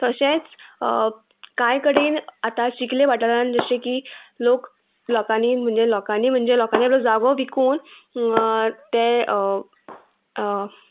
तशेंच कांय कडेन आतां चिकले वाठारांत जशें की लोक लोकांनी म्हणजे लोकांनी म्हणजे लोकांनी आपलो जागो विकून तें